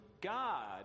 God